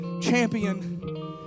champion